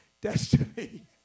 destiny